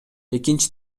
экинчи